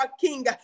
King